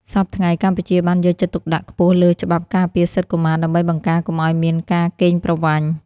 សព្វថ្ងៃ កម្ពុជាបានយកចិត្តទុកដាក់ខ្ពស់លើច្បាប់ការពារសិទ្ធិកុមារ ដើម្បីបង្ការកុំឱ្យមានការកេងប្រវ័ញ្ច។